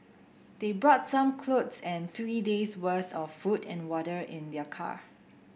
they brought some clothes and three days worth of food and water in their car